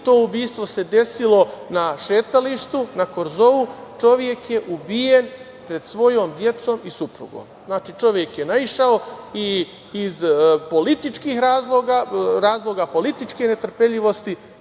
To ubistvo se desilo na šetalištu, na korzou. Čovek je ubijen pred svojom decom i suprugom. Čovek je naišao i iz političkih razloga, razloga političke netrpeljivosti